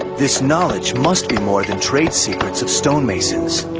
this knowledge must be more than trade secrets of stonemasons.